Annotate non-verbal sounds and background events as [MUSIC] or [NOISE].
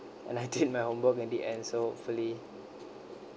and I did [LAUGHS] my homework in the end so hopefully